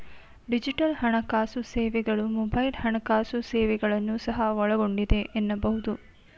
digital ಹಣಕಾಸು ಸೇವೆಗಳು mobile ಹಣಕಾಸು ಸೇವೆಗಳನ್ನ ಸಹ ಒಳಗೊಂಡಿದೆ ಎನ್ನಬಹುದು